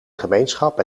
gemeenschap